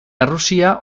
errusia